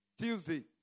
Tuesday